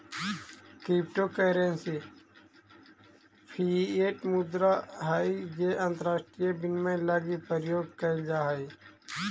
crypto currency fiat मुद्रा हइ जे अंतरराष्ट्रीय विनिमय लगी प्रयोग कैल जा हइ